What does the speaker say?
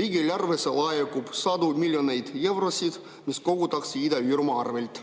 Riigieelarvesse laekub sadu miljoneid eurosid, mida kogutakse Ida-Virumaa arvelt,